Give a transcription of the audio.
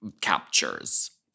captures